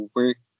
work